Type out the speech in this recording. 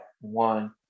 one